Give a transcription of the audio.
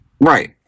Right